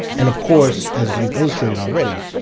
and of course, as you've illustrated already,